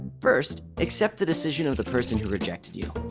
first, accept the decision of the person who rejected you.